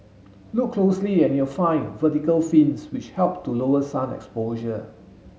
look closely and you'll find vertical fins which help to lower sun exposure